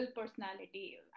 personality